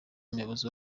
umuyobozi